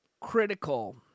critical